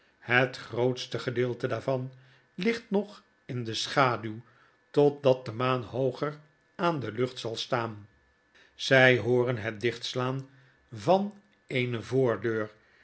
het grootste gedeelte daarvan ligt nog in de schaduw totdat de maan hooger aan de lucht zal staan zy hooren het dichtslaan van eene voordeur